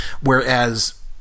Whereas